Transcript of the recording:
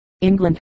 England